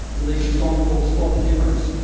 released a song called, spot the difference.